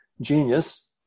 genius